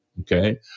Okay